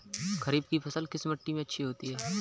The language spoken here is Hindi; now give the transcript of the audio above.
खरीफ की फसल किस मिट्टी में अच्छी होती है?